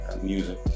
Music